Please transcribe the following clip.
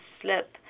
slip